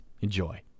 Enjoy